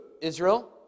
Israel